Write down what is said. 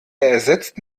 ersetzt